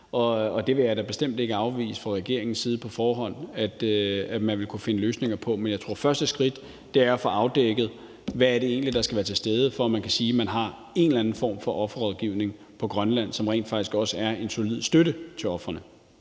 og det vil jeg da bestemt ikke på forhånd fra regeringens side afvise at man vil kunne finde løsninger på. Men jeg tror, at første skridt er at få afdækket, hvad det egentlig er, der skal være til stede, for at man kan sige, at man har en eller anden form for offerrådgivning i Grønland, som rent faktisk også er en solid støtte til ofrene.